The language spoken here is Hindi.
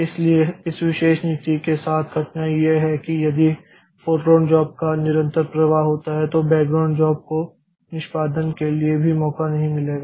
इसलिए इस विशेष नीति के साथ कठिनाई यह है कि यदि फोरग्राउंड जॉब का निरंतर प्रवाह होता है तो बैकग्राउंड कार्य को निष्पादन के लिए कभी मौका नहीं मिलेगा